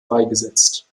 beigesetzt